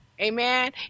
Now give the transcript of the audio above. Amen